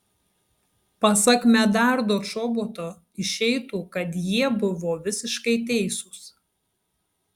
pasak medardo čoboto išeitų kad jie buvo visiškai teisūs